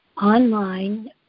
online